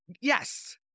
Yes